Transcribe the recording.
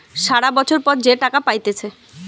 সারা বছর পর যে টাকা পাইতেছে